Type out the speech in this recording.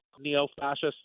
neo-fascist